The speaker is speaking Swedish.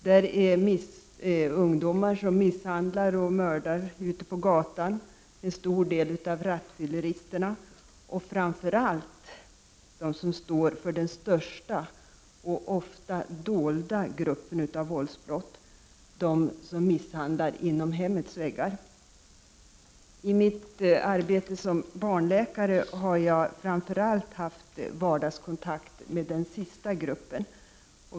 Där är ungdomar som misshandlar och mördar ute på gatan, en stor del av rattfylleristerna och framför allt de som står för den största och ofta dolda gruppen våldsbrott, de som misshandlar inom hemmets väggar. I mitt arbete som barnläkare har jag framför allt haft vardagskontakt med den sista gruppen.